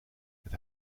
het